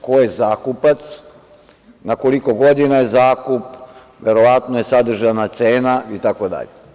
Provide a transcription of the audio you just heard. Ko je zakupac, na koliko godina je zakup, verovatno je sadržana cena itd.